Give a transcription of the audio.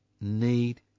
need